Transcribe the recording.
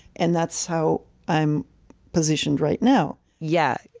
and that's how i'm positioned right now yeah.